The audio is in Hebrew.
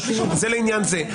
זה לעניין הזה.